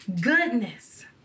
goodness